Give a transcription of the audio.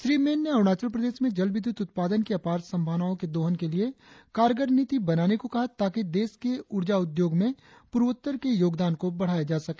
श्री मेन ने अरुणाचल प्रदेश में जल विद्युत उत्पादन की अपार संभावनाओं के दोहन के लिए कारगर नीति बनाने को कहा ताकि देश के ऊर्जा उद्योग में पूर्वोत्तर के योगदान को बढ़ाया जा सके